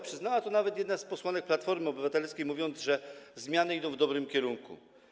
Przyznała to nawet jedna z posłanek Platformy Obywatelskiej, mówiąc, że zmiany idą w dobrym kierunku.